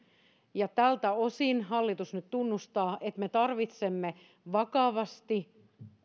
menemme tältä osin hallitus nyt tunnustaa että me tarvitsemme vakavasti